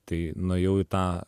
tai nuėjau į tą